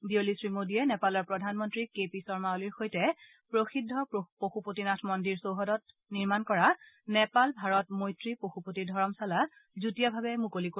বিয়লি শ্ৰীমোদীয়ে নেপালৰ প্ৰধানমন্ত্ৰী কে পি শৰ্মা অলিৰ সৈতে প্ৰসিদ্ধ পশুপতিনাথ মন্দিৰ চৌহদত নিৰ্মণ কৰা নেপাল ভাৰত মৈত্ৰী পশুপতি ধৰমশালা যুটীয়াভাৱে মুকলি কৰিব